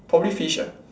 probably fish ah